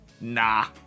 nah